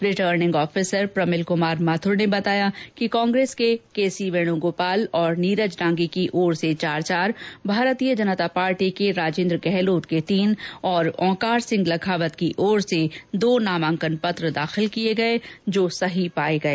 returning officer Pramil Kumar Mathur ने बताया कि कांग्रेस के के सी वेण्गोपाल और नीरज डांगी की ओर से चार चार तथा भारतीय जनता पार्टी के राजेन्द्र गहलोत के तीन और आंकार सिंह की ओर से दो नामांकन दाखिल किए गए जो सही पाए गए